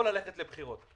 או ללכת לבחירות.